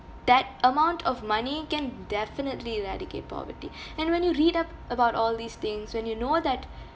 that amount of money can definitely eradicate poverty and when you read up about all these things when you know that